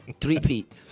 three-peat